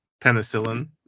penicillin